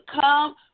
come